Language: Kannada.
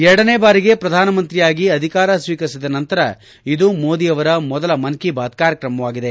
ಎರಡನೇ ಬಾರಿಗೆ ಪ್ರಧಾನ ಮಂತ್ರಿಯಾಗಿ ಅಧಿಕಾರ ಸ್ನೀಕರಿಸಿದ ನಂತರ ಇದು ಮೋದಿ ಅವರ ಮೊದಲ ಮನ್ ಕಿ ಬಾತ್ ಕಾರ್ಯಕ್ರಮವಾಗಿದೆ